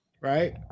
Right